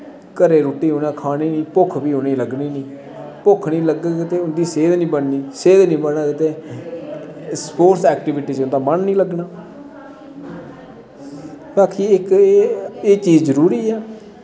घरे दी रुट्टी उ'नें खानी निं भुक्ख उ'नेंगी लग्गनी निं भुक्ख निं लग्गग ते उं'दी सेह्त निं बननी सेह्त निं बनग ते स्पोर्टस ऐक्टिविटी बिच उं'दा मन निं लग्गना व इक एह् चीज जरूरी ऐ